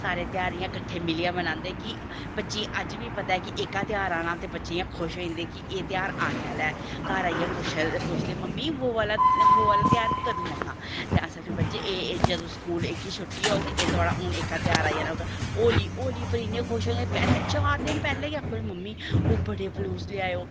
सारे ध्योहार कट्ठे मिलियै बनांदे कि बच्चें गी अज्ज बी पता ऐ कि एकता ध्योहार आना ते बच्चे खुश होई जंदे एह् ध्योहार आने आह्ला ऐ घर आईयै पुछदे मम्मी ओह् आह्ला ध्योहार कदूं आना ते अस आखने अस आक्खनें बच्चे जदूं स्कूल एह्की शुट्टी होग एह् तुआढ़ा एह्का ध्योहार आई जाना होली पर इन्ने खुश होंदा चार दिन पैह्लैं गै आक्खी ओड़दे मम्मी ओह् बड़े फलूस लेआयो निक्के फलूस लेआयो